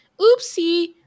oopsie